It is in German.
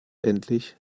endlich